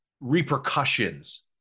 repercussions